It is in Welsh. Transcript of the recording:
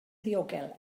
ddiogel